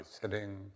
sitting